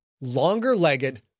longer-legged